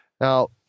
Now